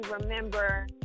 remember